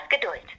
Geduld